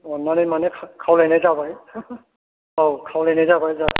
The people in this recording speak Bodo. अन्नानै मानि खावलायनाय जाबाय औ खावलायनाय जाबाय